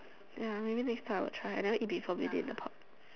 ya maybe next time I will try I never eat before beauty in a pot